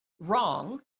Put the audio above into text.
wrong